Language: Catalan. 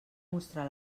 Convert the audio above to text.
mostrar